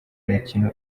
mikino